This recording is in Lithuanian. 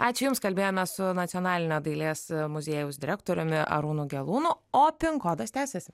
ačiū jums kalbėjomės su nacionalinio dailės muziejaus direktoriumi arūnu gelūnu o pin kodas tęsiasi